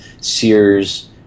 Sears